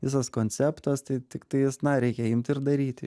visas konceptas tai tiktais na reikia imt ir daryti